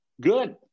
good